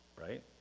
right